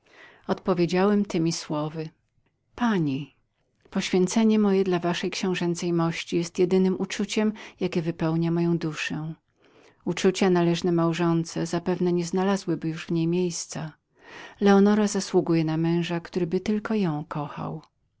odpowiedziałem temi słowy poświęcenie moje dla waszej książęcej mości jest jedynem uczuciem jakie zajmuje moją duszę inne jakie się żonie przynależą zapewne nieznalazłyby już w niej miejsca leonora zasługuje na męża któryby ją tylko kochał